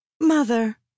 Mother